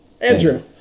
Andrew